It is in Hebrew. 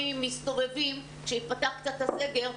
מסתובבים ללא מעש כשייפתח קצת הסגר.